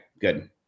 good